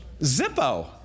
Zippo